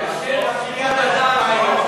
אין מצב שאין שר.